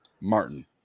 Martin